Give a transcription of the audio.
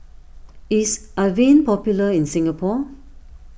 is Avene popular in Singapore